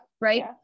Right